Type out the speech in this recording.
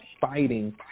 fighting